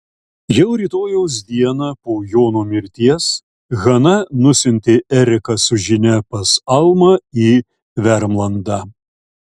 jau rytojaus dieną po jono mirties hana nusiuntė eriką su žinia pas almą į vermlandą